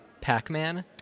Pac-Man